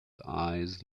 eyes